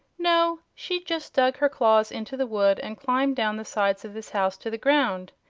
no she just dug her claws into the wood and climbed down the sides of this house to the ground.